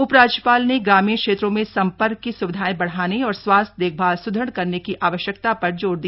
उपराज्यपाल ने ग्रामीण क्षेत्रों में संपर्क की सुविधाएं बढ़ाने और स्वास्थ्य देखभाल सुद्ग ढ़ करने की आवश्यकता पर जोर दिया